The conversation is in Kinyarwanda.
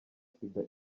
sida